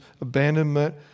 abandonment